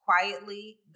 quietly